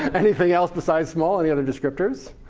anything else besides small? any other descriptors?